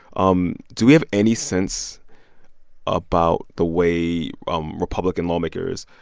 um do we have any sense about the way um republican lawmakers,